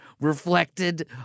reflected